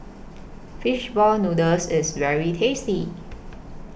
Fish Ball Noodles IS very tasty